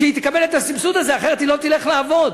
שתקבל את הסבסוד הזה, אחרת היא לא תלך לעבוד.